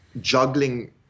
juggling